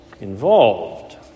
involved